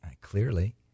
Clearly